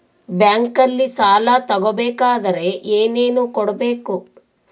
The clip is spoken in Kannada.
ಬ್ಯಾಂಕಲ್ಲಿ ಸಾಲ ತಗೋ ಬೇಕಾದರೆ ಏನೇನು ಕೊಡಬೇಕು?